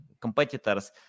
Competitors